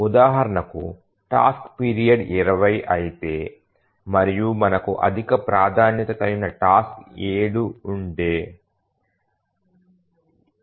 ఉదాహరణకు task period 20 అయితే మరియు మనకు అధిక ప్రాధాన్యత కలిగిన టాస్క్ 7 ఉంటే 207 3